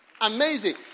Amazing